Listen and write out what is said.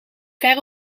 ver